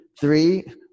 three